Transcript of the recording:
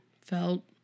felt